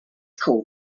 called